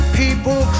people